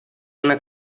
una